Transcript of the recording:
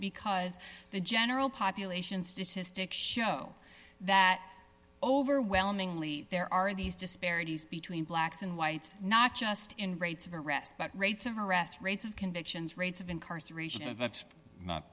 because the general population statistics show that overwhelmingly there are these disparities between blacks and whites not just in rates of arrest but rates of arrest rates of convictions rates of incarceration